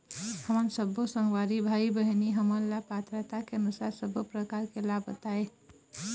हमन सब्बो संगवारी भाई बहिनी हमन ला पात्रता के अनुसार सब्बो प्रकार के लाभ बताए?